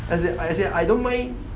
as in as in I don't mind